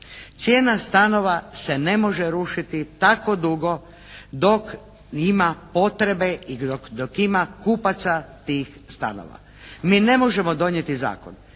Cijena stanova se ne može rušiti tako dugo dok ima potrebe i dok ima kupaca tih stanova. Mi ne možemo donijeti zakon,